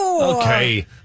Okay